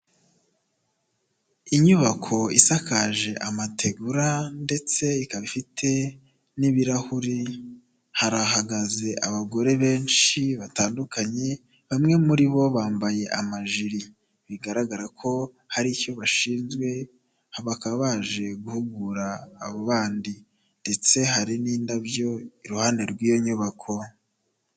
Inyubako isakaje amategura ndetse ikaba ifite n'ibirahuri, harahagaze abagore benshi batandukanye bamwe muri bo bambaye amajiri bigaragara ko hari icyo bashinzwe, bakaba baje guhugura abo bandi ndetse hari n'indabyo iruhande rw'iyo nyubako.